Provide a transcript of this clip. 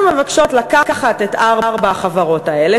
אנחנו מבקשות לקחת את ארבע החברות האלה,